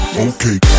Okay